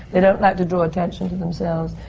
they don't like to draw attention to themselves,